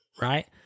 right